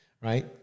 right